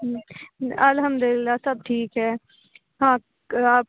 الحمد للہ سب ٹھیک ہے آپ آپ